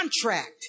contract